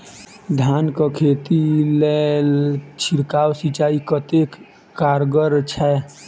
धान कऽ खेती लेल छिड़काव सिंचाई कतेक कारगर छै?